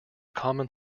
common